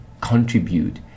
Contribute